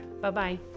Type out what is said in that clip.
Bye-bye